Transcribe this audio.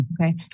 Okay